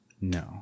No